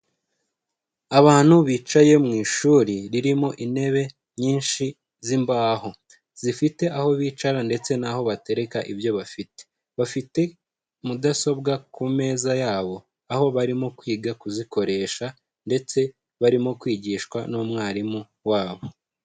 Abantu bicaye mu ishuri ririmo intebe nyinshi z'imbaho zifite aho bicara ndetse naho batereka ibyo bafite. Bafite mudasobwa ku meza yabo aho barimo kwiga kuzikoresha, ndetse barimo kwigishwa n'umwarimu wabo.